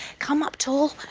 come up tall,